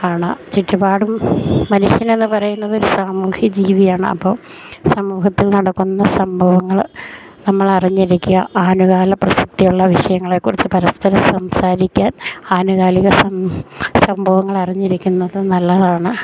ആണ് ചുറ്റുപാടും മനുഷ്യനെന്ന് പറയുന്നത് ഒരു സാമൂഹി ജീവിയാണ് അപ്പം സമൂഹത്തിൽ നടക്കുന്ന സംഭവങ്ങൾ നമ്മൾ അറിഞ്ഞിരിക്കുക ആനുകാല പ്രസക്തിയുള്ള വിഷയങ്ങളെക്കുറിച്ച് പരസ്പരം സംസാരിക്കാൻ ആനുകാലിക സം സംഭവങ്ങളറിഞ്ഞിരിക്കുന്നത് നല്ലതാണ്